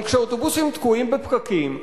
אבל כשאוטובוסים תקועים בפקקים,